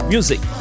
Music